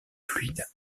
fluides